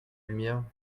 lumière